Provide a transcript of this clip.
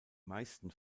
meisten